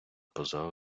поза